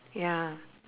ya